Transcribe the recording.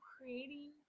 creating